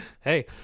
Hey